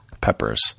peppers